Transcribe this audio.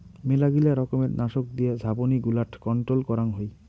মেলগিলা রকমের নাশক দিয়া ঝাপনি গুলাট কন্ট্রোল করাং হই